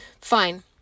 fine